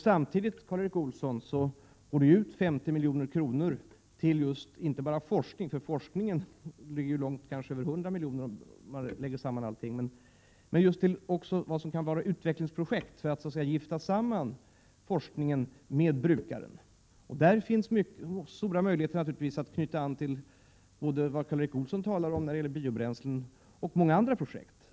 Samtidigt, Karl Erik Olsson, går det ut 50 milj.kr. till inte bara forskning — forskningen får kanske över 100 milj.kr. om man lägger samman allt — utan också till utvecklingsprojekt för att så att säga gifta samman forskningen med brukaren. Där finns stora möjligheter att knyta an till både vad Karl Erik Olsson tar upp beträffande biobränslen och många andra projekt.